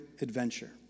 adventure